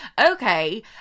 okay